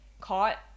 caught